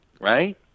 right